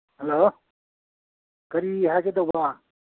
hello ꯀꯔꯤ ꯍꯥꯏꯒꯗꯧꯕ